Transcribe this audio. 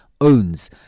owns